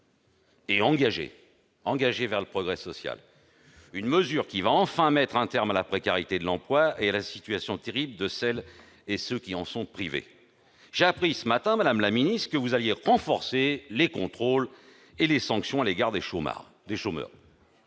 et engagée vers le progrès social, une mesure qui va enfin mettre un terme à la précarité de l'emploi et à la situation terrible de celles et ceux qui en sont privés. J'ai en effet appris ce matin que vous alliez renforcer les contrôles et les sanctions à l'égard des chômeurs.